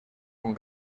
con